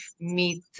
meet